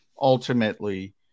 ultimately